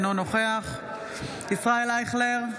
אינו נוכח ישראל אייכלר,